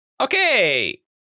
Okay